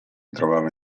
trovava